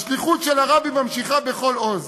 השליחות של הרבי ממשיכה בכל עוז.